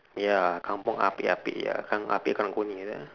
ya kampung ah pek ah pek ya kam~ ah pek karang guni ya